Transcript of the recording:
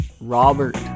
Robert